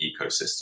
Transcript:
ecosystem